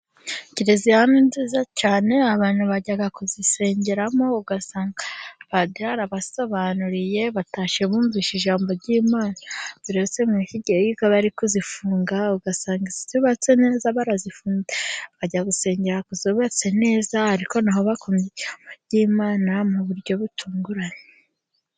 Kiriziya ni nziza cyane, abantu bajya kuzisengeramo, ugasa padiri arabasobanuriye batashye bumvise ijambo ry'Imana, kiriziya mugihe bari kuzifunga, agasanga izitubatse neza barazifunga bakajya gusengera kuzubabatse neza, ariko noneho bakumva ijambo ry'Imana ark mu buryo butunguranye.